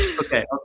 okay